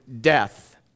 death